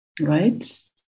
right